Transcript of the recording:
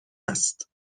است